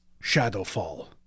Shadowfall